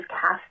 cast